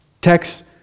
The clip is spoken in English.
Text